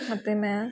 ਅਤੇ ਮੈਂ